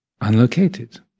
Unlocated